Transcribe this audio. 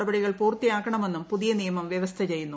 നടപടികൾ പൂർത്തിയാക്കണമെന്നും പുതിയ നിയമം വ്യവസ്ഥ ചെയ്യുന്നു